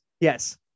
Yes